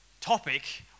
topic